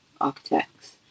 Architects